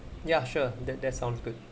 ya sure that that sounds good